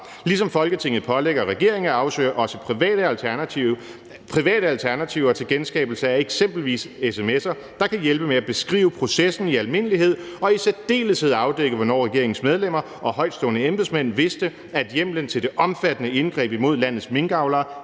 ligesom Folketinget pålægger regeringen at afsøge også private alternativer til genskabelse af eksempelvis SMS’er, der kan hjælpe med at beskrive processen i almindelighed og i særdeleshed afdække, hvornår regeringens medlemmer og højtstående embedsmænd vidste, at hjemlen til det omfattende indgreb imod landets minkavlere